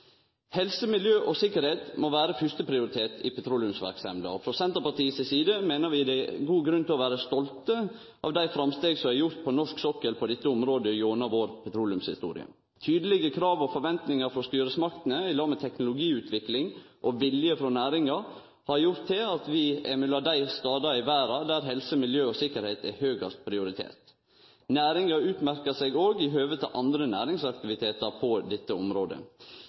Helse, miljø og sikkerheit må vere fyrsteprioritet i petroleumsverksemda, og frå Senterpartiet si side meiner vi det er god grunn til å vere stolt av dei framstega som er gjorde på norsk sokkel på dette området gjennom vår petroleumshistorie. Tydelege krav og forventingar frå styresmaktene i lag med teknologiutvikling og vilje frå næringa har gjort at vi er mellom dei stader i verda der helse, miljø og sikkerheit er høgast prioritert. Næringa utmerkjer seg òg i høve til andre næringsaktivitetar på dette området.